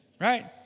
Right